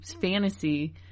fantasy